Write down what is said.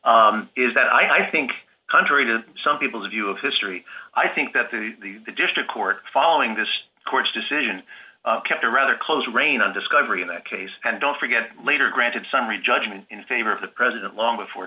is that i think contrary to some people's view of history i think that the district court following this court's decision kept a rather close rein on discovery in that case and don't forget later granted summary judgment in favor of the president long before